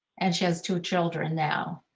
and she has two children now.